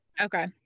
Okay